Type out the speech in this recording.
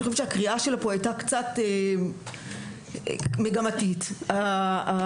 שהקריאה שלה כאן הייתה קצת מגמתית כאשר קוראים אותה,